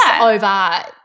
over